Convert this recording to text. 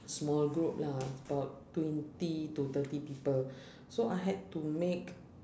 small group lah about twenty to thirty people so I had to make